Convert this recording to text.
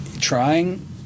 trying